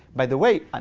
by the way,